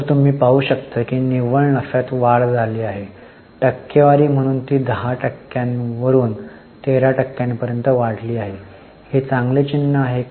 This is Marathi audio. तर तुम्ही पाहु शकता की निव्वळ नफ्यात वाढ झाली आहे टक्केवारी म्हणून ती दहा टक्क्यांवरून 13 टक्क्यांपर्यंत वाढली आहे ही चांगली चिन्हे आहे का